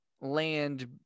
land